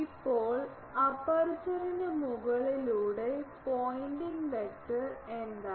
ഇപ്പോൾ അപ്പർച്ചറിനു മുകളിലൂടെ പോയിന്റിംഗ് വെക്റ്റർ എന്താണ്